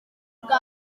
bwa